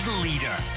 leader